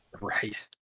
Right